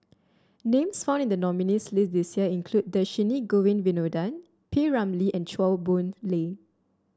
names found in the nominees' list this year include Dhershini Govin Winodan P Ramlee and Chua Boon Lay